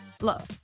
Look